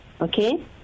okay